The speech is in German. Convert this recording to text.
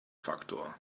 faktor